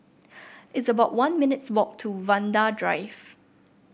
it's about one minutes' walk to Vanda Drive